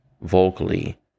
vocally